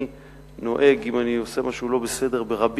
אני נוהג, אם אני עושה משהו לא בסדר ברבים,